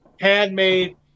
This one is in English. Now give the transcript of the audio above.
Handmade